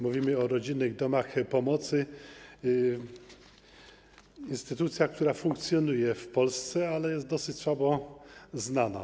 Mówimy o rodzinnych domach pomocy - instytucjach, które funkcjonują w Polsce, ale są dosyć słabo znane.